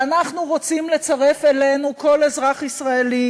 ואנחנו רוצים לצרף אלינו כל אזרח ישראלי